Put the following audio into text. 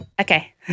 Okay